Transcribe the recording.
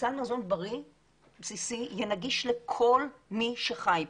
שסל מזון בריא, בסיסי, יהיה נגיש לכל מי שחי פה.